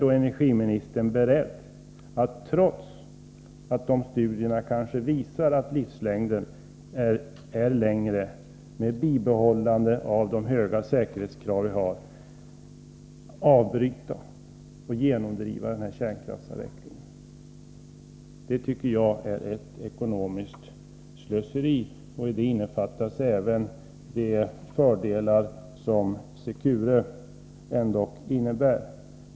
Är energiministern beredd att genomdriva kärnkraftsavvecklingen även om de studierna visar att livslängden är större, med bibehållande av de höga säkerhetskrav vi har? Det tycker jag är ett ekonomiskt slöseri — och därvid tar jag hänsyn även till de fördelar som Secure dock innebär.